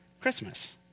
Christmas